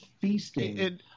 feasting